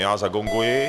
Já zagonguji.